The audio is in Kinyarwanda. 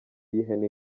y’ihene